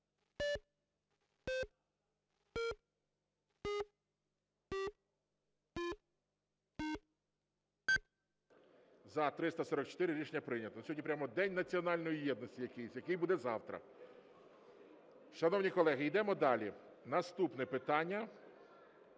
За-344 Рішення прийнято. Сьогодні прямо день національної єдності якийсь. Який буде завтра? Шановні колеги, йдемо далі. Наступне питання